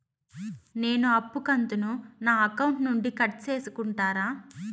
నేను అప్పు కంతును నా అకౌంట్ నుండి కట్ సేసుకుంటారా?